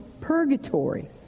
purgatory